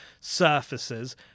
surfaces